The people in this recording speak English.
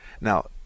Now